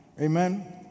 Amen